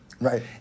Right